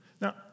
Now